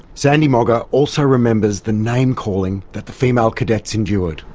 sandy moggach also remembers the name-calling that the female cadets endured.